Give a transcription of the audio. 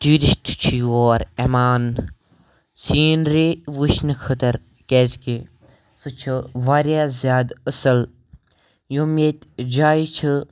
tourist چھِ یور یِوان سیٖنری وُچھنہٕ خٲطرٕ کیازِ کہِ سُہ چھُ واریاہ زیادٕ اَصٕل یِم ییٚتہِ جایہِ چھِ